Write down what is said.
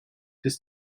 his